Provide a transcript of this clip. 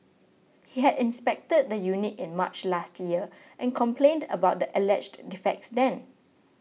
he had inspected the unit in March last year and complained about the alleged defects then